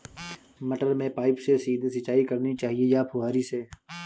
मटर में पाइप से सीधे सिंचाई करनी चाहिए या फुहरी से?